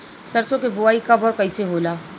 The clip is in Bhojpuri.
सरसो के बोआई कब और कैसे होला?